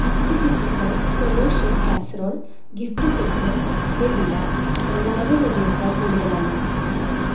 അഞ്ച് പിസികൾ Cello chef casserole gift set ന്റെ വില തൊള്ളായിരം രൂപയേക്കാൾ കൂടുതലാണോ